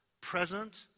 present